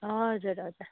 हजुर हजुर